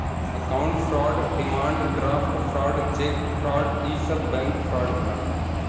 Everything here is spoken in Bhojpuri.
account fraud demand draft fraud cheque fraud इ सब बैंक फ्राड होलन